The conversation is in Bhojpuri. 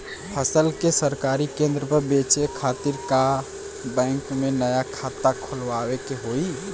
फसल के सरकारी केंद्र पर बेचय खातिर का बैंक में नया खाता खोलवावे के होई?